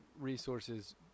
resources